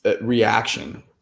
reaction